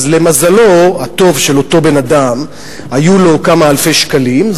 למזלו הטוב של אותו בן-אדם היו לו כמה אלפי שקלים,